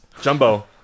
Jumbo